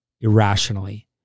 irrationally